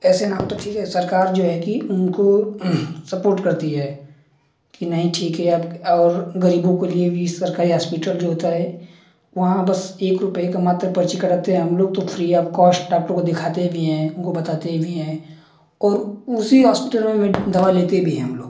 पैसे न हो तो ठीक है सरकार जो है कि उनको सपोर्ट करती है कि नहीं ठीक है अब और गरीबों को लिए भी सरकारी हस्पिटल जो होता है वहाँ बस एक रुपये का मात्र पर्ची कटाते हैं हम लोग तो फ्री ऑफ कोश्ट डॉक्टर को दिखाते भी हैं उनको बताते भी हैं और उसी हॉस्पिटल में में दवा लेते भी हैं हम लोग